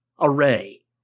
array